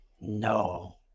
No